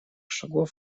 шагов